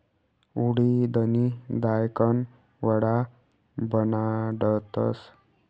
उडिदनी दायकन वडा बनाडतस